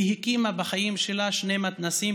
היא הקימה בחיים שלה שני מתנ"סים,